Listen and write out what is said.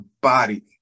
body